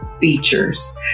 Features